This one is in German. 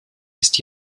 ist